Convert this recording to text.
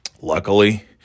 Luckily